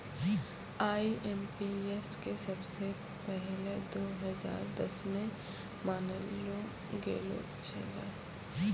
IMPS के सबसे पहिलै दो हजार दसमे लानलो गेलो छेलै